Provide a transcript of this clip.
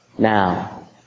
Now